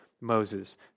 Moses